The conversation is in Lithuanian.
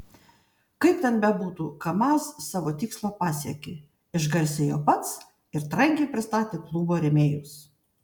kaip ten bebūtų kamaz savo tikslą pasiekė išgarsėjo pats ir trankiai pristatė klubo rėmėjus